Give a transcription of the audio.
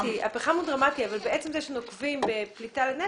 הפחם הוא דרמטי אבל בעצם זה שנוקבים בפליטה לנפש,